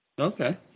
Okay